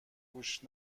گوش